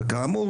כאמור,